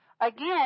Again